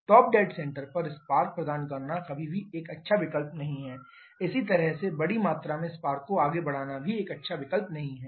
top dead centre पर spark प्रदान करना कभी भी एक अच्छा विकल्प नहीं है इसी तरह से बड़ी मात्रा में स्पार्क को आगे बढ़ाना भी एक अच्छा विकल्प नहीं है